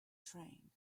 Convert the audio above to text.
train